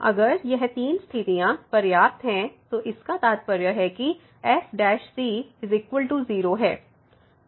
अगर यह तीन स्थितियाँ पर्याप्त हैं तो इसका तात्पर्य है कि f 0 है